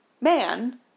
man